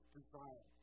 desire